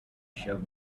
shelf